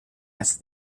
asked